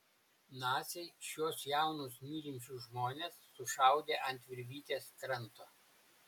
naciai šiuos jaunus mylinčius žmones sušaudė ant virvytės kranto